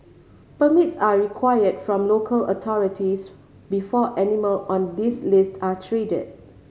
permits are required from local authorities before animal on this list are traded